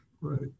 Right